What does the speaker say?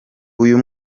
uyu